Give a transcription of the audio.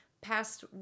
past